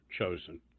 chosen